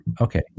Okay